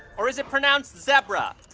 or is it pronounced zeh-bra?